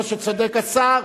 מה שצודק השר,